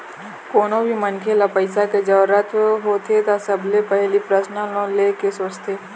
कोनो भी मनखे ल पइसा के जरूरत होथे त सबले पहिली परसनल लोन ले के सोचथे